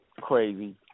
Crazy